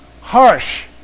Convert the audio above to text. harsh